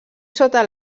sota